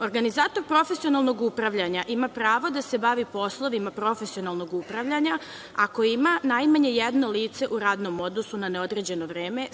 Organizator profesionalnog upravljanja ima pravo da se bavi poslovima profesionalnog upravljanja, ako ima najmanje jedno lice u radnom odnosu na određeno vreme